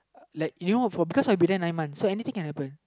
like you because I'll be there nine months so anything can happen